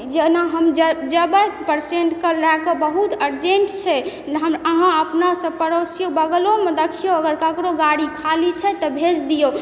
जेना हम जेबय परसेंटके लए कऽ बहुत अर्जेन्ट छै अहाँ अपनासँ पड़ोसी बगलोमे देखियौ अगर ककरो गाड़ी खाली छै तऽ भेज दियौ